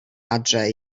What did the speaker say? adre